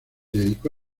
dedicó